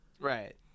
Right